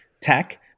tech